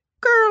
girl